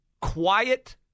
quiet